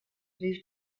moved